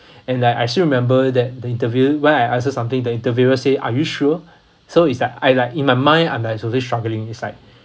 and I I still remember that the interview when I answer something the interviewer say are you sure so it's like I like in my mind I am actually struggling it's like